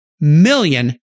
million